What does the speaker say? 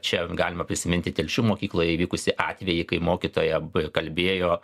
čia galima prisiminti telšių mokykloje įvykusį atvejį kai mokytoja kalbėjo